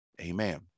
Amen